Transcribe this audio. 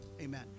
amen